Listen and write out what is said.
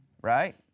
right